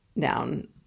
down